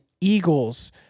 Eagles